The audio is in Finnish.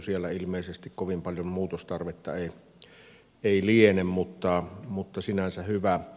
siellä ilmeisesti kovin paljon muutostarvetta ei liene mutta sinänsä hyvä